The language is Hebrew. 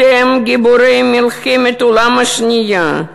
אתם גיבורי מלחמת העולם השנייה,